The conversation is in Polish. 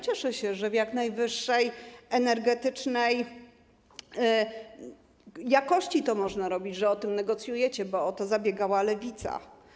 Cieszę się, że w jak najwyższej energetycznej jakości można to robić, że o tym negocjujecie, bo o to zabiegała Lewica.